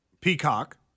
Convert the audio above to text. Peacock